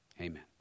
Amen